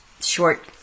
short